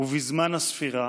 ובזמן הספירה